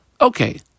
Okay